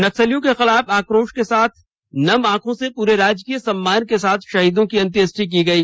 नक्सलियों के खिलाफ आकोश के साथ नम आंखों से पूरे राजकीय सम्मान के साथ शहीदों की अंत्येष्टि की गयी